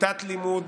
כיתת לימוד